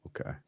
okay